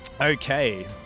Okay